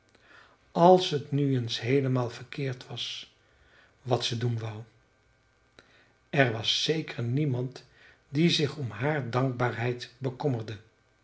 als t nu eens heelemaal verkeerd was wat ze doen wou er was zeker niemand die zich om haar dankbaarheid bekommerde